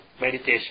meditation